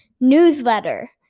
newsletter